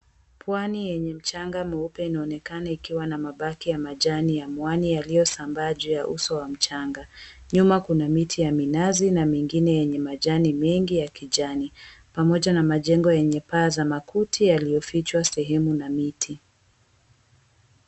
Pwani yenye mchanga mweupe inaonekana ikiwa na mabaki ya majani ya mwani iliyosambaa juu ya uso wa mchanga. Nyuma kuna miti ya minazi na mengine yenye majani mengi ya kijani pamoja na majengo yenye paa za makuti yaliyofichwa sehemu na miti.